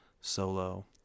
solo